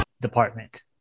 department